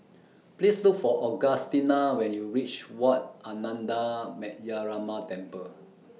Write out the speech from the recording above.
Please Look For Augustina when YOU REACH Wat Ananda Metyarama Temple